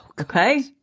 Okay